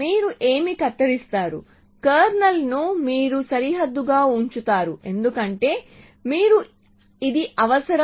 మీరు ఏమి కత్తిరిస్తారు కెర్నల్ను మీరు సరిహద్దుగా ఉంచుతారు ఎందుకంటే మీకు ఇది అవసరం